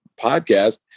podcast